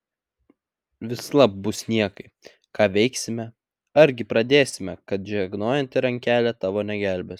vislab bus niekai ką veiksime argi pradėsime kad žegnojanti rankelė tavo negelbės